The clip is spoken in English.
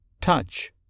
touch